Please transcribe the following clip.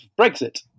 brexit